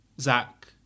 Zach